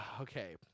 Okay